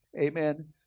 Amen